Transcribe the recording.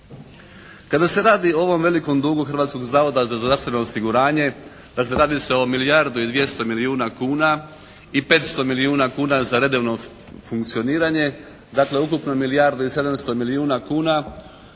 Kada se radi o ovom velikom dugu Hrvatskog zavoda za zdravstveno osiguranje dakle radi se o milijardu i 200 milijuna kuna i 500 milijuna kuna za redovno funkcioniranje dakle ukupno milijardu i 700 milijuna kuna,